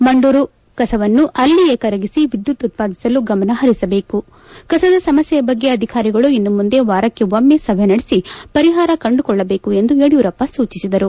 ಮಂಡೂರು ಕಸವನ್ನು ಅಲ್ಲಿಯೇ ಕರಗಿಸಿ ವಿದ್ವುತ್ ಉತ್ಪಾದಿಸಲು ಗಮನ ಹರಿಸಬೇಕು ಕಸದ ಸಮಸ್ಯೆ ಬಗ್ಗೆ ಅಧಿಕಾರಿಗಳು ಇನ್ನು ಮುಂದೆ ವಾರಕ್ಷೆ ಒಮ್ಮೆ ಸಭೆ ನಡೆಸಿ ಪರಿಹಾರ ಕಂಡುಕೊಳ್ಳಬೇಕು ಎಂದು ಯಡಿಯೂರಪ್ಪ ಸೂಚಿಸಿದರು